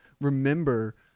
remember